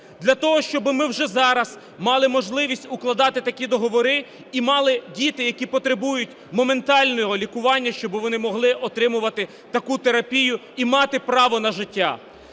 Для того, щоб ми вже зараз мали можливість укладати такі договори, і діти, які потребують моментального лікування, щоб вони могли отримувати таку терапію і мати право на життя.